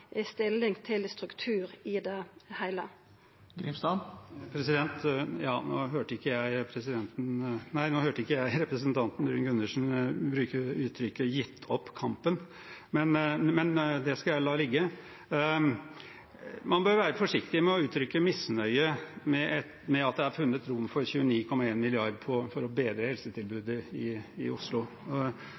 stilling til struktur i det heile. Nå hørte ikke jeg representanten Bruun-Gundersen bruke uttrykket «gitt opp kampen», men det skal jeg la ligge. Man bør være forsiktig med å uttrykke misnøye med at det er funnet rom for 29,1 mrd. kr til å bedre helsetilbudet i Oslo. Jeg er spesielt fornøyd med budsjettframlegget når det gjelder byggingen av Aker sykehus. Venstres anliggende har vært og er hele tiden det samme, både i